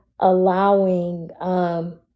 allowing